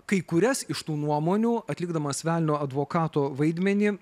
kai kurias iš tų nuomonių atlikdamas velnio advokato vaidmenį